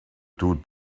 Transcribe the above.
two